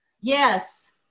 Yes